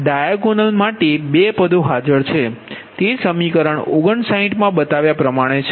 diagonal માટે બે પદોહાજર છે તે સમીકરણ 59 બતાવ્યા પ્રમાણે છે